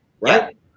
right